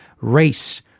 race